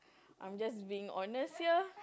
I'm just being honest here